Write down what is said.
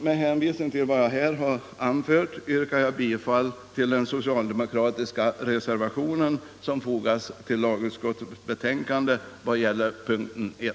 Med hänvisning till det anförda yrkar jag bifall till den socialdemokratiska reservation som har fogats vid punkten 1 i betänkandet.